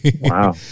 Wow